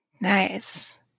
nice